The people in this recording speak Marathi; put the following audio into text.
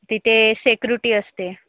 तिथे सेक्युरिटी असते